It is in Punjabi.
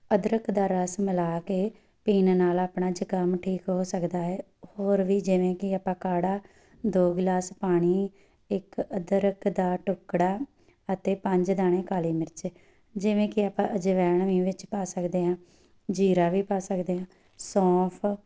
ਅਦਰਕ ਦਾ ਰਸ ਮਿਲਾ ਕੇ ਪੀਣ ਨਾਲ ਆਪਣਾ ਜ਼ੁਕਾਮ ਠੀਕ ਹੋ ਸਕਦਾ ਹੈ ਹੋਰ ਵੀ ਜਿਵੇਂ ਕਿ ਆਪਾਂ ਕਾੜਾ ਦੋ ਗਿਲਾਸ ਪਾਣੀ ਇੱਕ ਅਦਰਕ ਦਾ ਟੁਕੜਾ ਅਤੇ ਪੰਜ ਦਾਣੇ ਕਾਲੀ ਮਿਰਚ ਜਿਵੇਂ ਕਿ ਆਪਾਂ ਅਜਵੈਣ ਵੀ ਵਿੱਚ ਪਾ ਸਕਦੇ ਹਾਂ ਜੀਰਾ ਵੀ ਪਾ ਸਕਦੇ ਹਾਂ ਸੌਂਫ